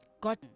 god